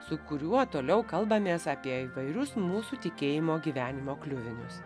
su kuriuo toliau kalbamės apie įvairius mūsų tikėjimo gyvenimo kliuvinius